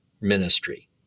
ministry